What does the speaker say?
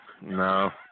no